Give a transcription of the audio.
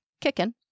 kicking